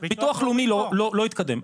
ביטוח לאומי לא התקדם,